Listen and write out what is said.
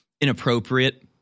inappropriate